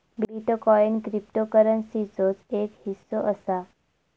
bitcoin क्रिप्टोकरंसीचोच एक हिस्सो असा